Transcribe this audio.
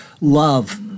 love